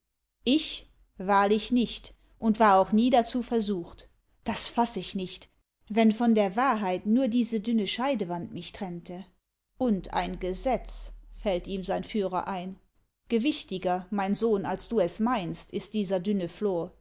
ich wahrlich nicht und war auch nie dazu versucht das fass ich nicht wenn von der wahrheit nur diese dünne scheidewand mich trennte und ein gesetz fällt ihm sein führer ein gewichtiger mein sohn als du es meinst ist dieser dünne